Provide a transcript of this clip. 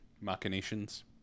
machinations